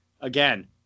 again